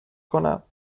کنم